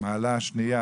מעלה שנייה,